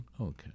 Okay